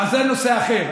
אז זה נושא אחר,